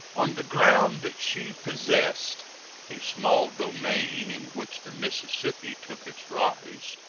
on the ground that she possessed a small domain in which the mississippi took its rise,